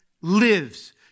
lives